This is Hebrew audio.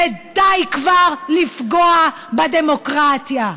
די כבר לפגוע בדמוקרטיה.